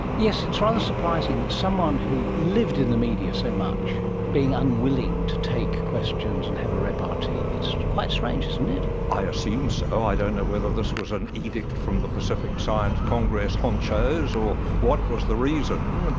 yes, it's rather surprising, someone who lived in the media so much being unwilling to take questions and have a repartee, it's quite strange isn't it? i assume so, i don't know whether this was an edict from the pacific science congress honchos or what was the reason,